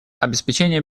обеспечение